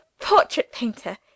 portrait-painter